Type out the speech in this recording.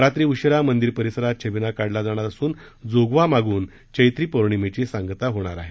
रात्री उशिरा मंदिर परिसरात छबिना काढला जाणार असून जोगवा मागून चैत्री पोर्णिमेची सांगता होणार आहे